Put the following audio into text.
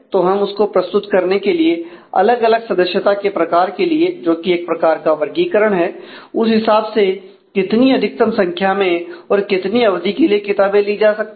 तो हम उसको प्रस्तुत करने के लिए अलग अलग सदस्यता के प्रकार के लिए जोकि एक प्रकार का वर्गीकरण है उस हिसाब से कितनी अधिकतम संख्या में और कितनी अवधि के लिए किताबें ली जा सकती हैं